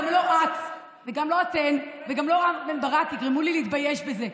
גם לא את וגם לא אתם וגם לא רם בן ברק יגרמו לי להתבייש בזה.